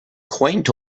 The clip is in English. quaint